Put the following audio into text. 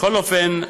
בכל אופן,